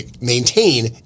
maintain